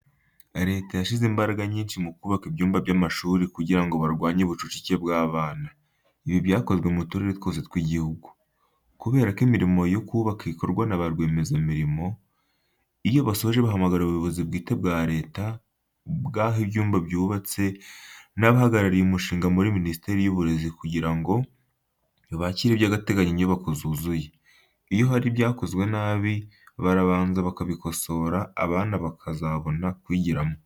Leta yashyize imbaraga nyinshi mu kubaka ibyumba by'amashuri kugira ngo barwanye ubucucike bw'abana. Ibi byakozwe mu turere twose tw'igihugu. Kubera ko imirimo yo kubaka ikorwa na barwiyemezamirimo, iyo basoje bahamagara ubuyobozi bwite ba Leta bw'aho ibyumba byubatse n'abahagarariye umushinga muri Minisiteri y'Uburezi kugira ngo bakire by'agateganyo inyubako zuzuye. Iyo hari ibyakozwe nabi, barabanza bakabikosora, abana bakazabona kwigiramo.